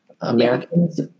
Americans